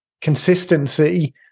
consistency